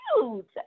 cute